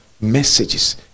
messages